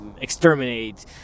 exterminate